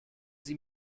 sie